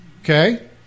Okay